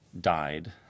died